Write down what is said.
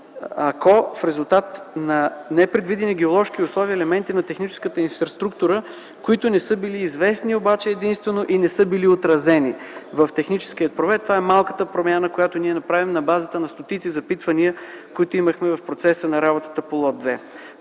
в резултат на непредвидени геоложки условия и елементи на техническата инфраструктура, които не са били известни обаче единствено и не са били отразени в техническия проект. Това е малката промяна, която ние правим на базата на стотици запитвания, които имахме в процеса на работа по лот 2.